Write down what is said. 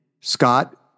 Scott